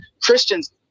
Christians